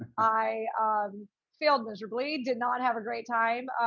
i um failed miserably did not have a great time.